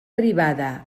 privada